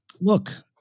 Look